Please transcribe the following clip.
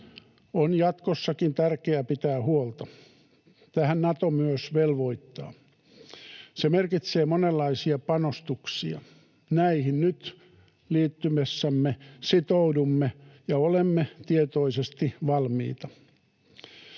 on jatkossakin tärkeää pitää huolta. Tähän Nato myös velvoittaa. Se merkitsee monenlaisia panostuksia. Näihin nyt liittyessämme sitoudumme ja olemme tietoisesti valmiita.